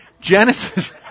Genesis